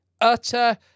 Utter